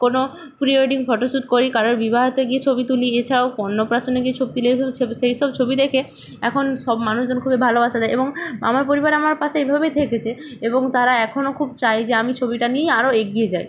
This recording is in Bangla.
কোনো প্রি ওয়েডিং ফটোশুট করি কারোর বিবাহতে গিয়ে ছবি তুলি এছাড়াও অন্নপ্রাশনে গিয়ে ছবি তুলেছি সেই সব ছবি দেখে এখন সব মানুষজন খুবই ভালোবাসা দেয় এবং আমার পরিবার আমার পাশে এভাবেই থেকেছে এবং তারা এখনো খুব চায় যে আমি ছবিটা নিয়েই আরো এগিয়ে যাই